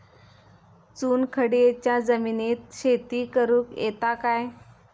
चुनखडीयेच्या जमिनीत शेती करुक येता काय?